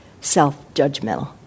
self-judgmental